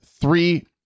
three